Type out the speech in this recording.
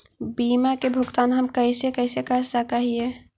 बीमा के भुगतान हम कैसे कैसे कर सक हिय?